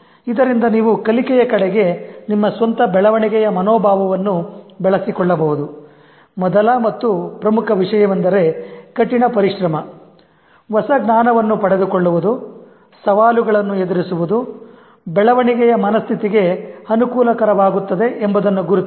ಇದರಿಂದ ನೀವು ಕಲಿಕೆಯ ಕಡೆಗೆ ನಿಮ್ಮ ಸ್ವಂತ ಬೆಳವಣಿಗೆಯ ಮನೋಭಾವವನ್ನು ಬೆಳೆಸಿಕೊಳ್ಳಬಹುದು ಮೊದಲ ಮತ್ತು ಪ್ರಮುಖ ವಿಷಯವೆಂದರೆ ಕಠಿಣ ಪರಿಶ್ರಮ ಹೊಸ ಜ್ಞಾನವನ್ನು ಪಡೆದುಕೊಳ್ಳುವುದು ಸವಾಲುಗಳನ್ನು ಎದುರಿಸುವುದು ಬೆಳವಣಿಗೆಯ ಮನಸ್ಥಿತಿಗೆ ಅನುಕೂಲಕರವಾಗುತ್ತದೆ ಎಂಬುದನ್ನು ಗುರುತಿಸಿ